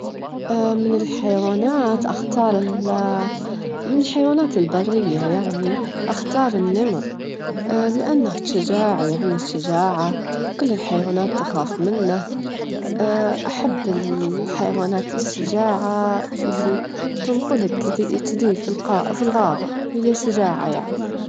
أجيله أهلين، إيش لونك، اليوم عندي فكرة وايد حلوة، إيش رايك نطلع نتغدا مع بعض؟ والغدا هيكون بمكان هادي، ونجتمع ونسالف ونجضي الوجت ويا بعض.